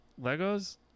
Legos